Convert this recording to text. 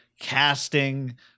casting